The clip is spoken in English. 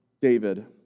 David